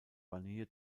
vanille